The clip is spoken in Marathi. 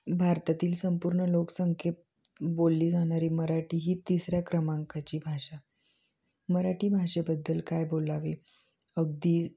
भारतातील संपूर्ण लोकसंखे बोलली जाणारी मराठी ही तिसऱ्या क्रमांकाची भाषा मराठी भाषेबद्दल काय बोलावे अगदी